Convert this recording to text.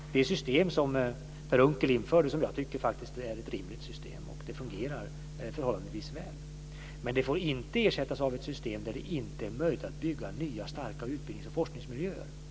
Det är ett system som Per Unckel införde och som jag faktiskt tycker är ett rimligt system. Det fungerar förhållandevis väl. Men det får inte ersättas av ett system där det inte är möjligt att bygga nya, starka utbildnings och forskningsmiljöer.